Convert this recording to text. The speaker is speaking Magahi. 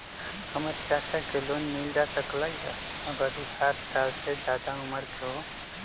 हमर चाचा के लोन मिल जा सकलई ह अगर उ साठ साल से जादे उमर के हों?